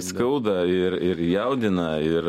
skauda ir ir jaudina ir